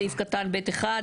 סעיף קטן (ב)(1).